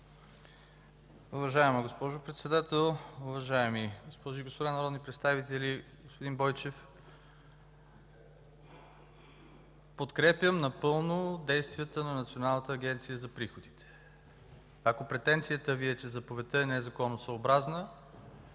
Уважаема госпожо Председател, уважаеми госпожи и господа народни представители, господин Бойчев! Подкрепям напълно действията на Националната агенция за приходите. Ако претенцията Ви е, че заповедта е незаконосъобразна,